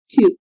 two